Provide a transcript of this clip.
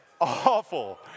awful